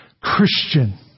Christian